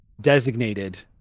designated